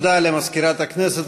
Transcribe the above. הודעה למזכירת הכנסת.